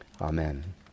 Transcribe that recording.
Amen